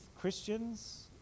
Christians